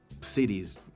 cities